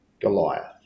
Goliath